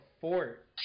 fort